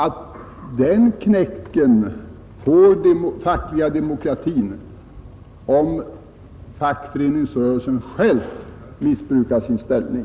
Den knäcken får den fackliga demokratin om fackföreningsrörelsen själv missbrukar sin ställning.